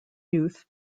youth